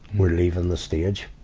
we're leaving the stage.